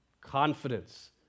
confidence